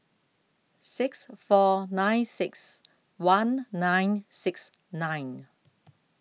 six four nine six one nine six nine